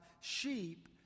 sheep